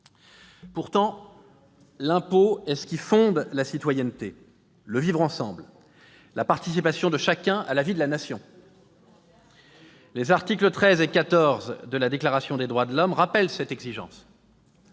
Pourtant l'impôt est ce qui fonde la citoyenneté, le vivre ensemble, la participation de chacun à la vie de la Nation. Les articles XIII et XIV de la Déclaration des droits de l'homme et du citoyen rappellent cette exigence